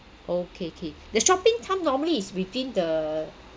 okay K the shopping time normally is within the